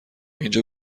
اینجا